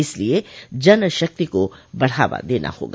इसलिए जनशक्ति को बढ़ावा देना होगा